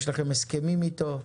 יש לכם הסכמים איתו,